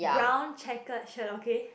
brown checkered shirt okay